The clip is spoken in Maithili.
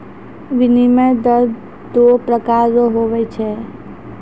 विनिमय दर दू प्रकार रो हुवै छै